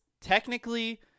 technically